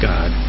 God